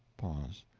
pause.